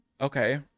okay